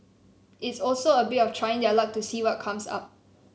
it's also a bit of trying their luck to see what comes up